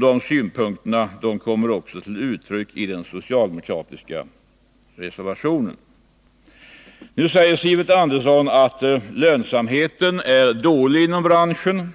De synpunkterna kommer också till uttryck i den socialdemokratiska reservationen. Nu säger Sivert Andersson att lönsamheten är dålig inom branschen.